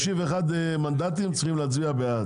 51 מנדטים צריכים להצביע בעד.